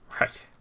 Right